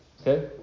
Okay